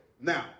Now